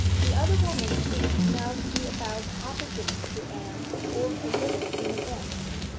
the other woman seemed now to be about opposite to anne, or a little in advance,